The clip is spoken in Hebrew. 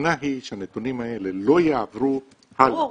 הכוונה היא שהנתונים האלה לא יעברו הלאה,